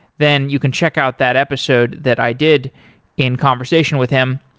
then you can check out that episode that i did in conversation with him.